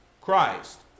Christ